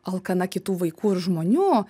alkana kitų vaikų ir žmonių